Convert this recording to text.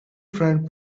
friend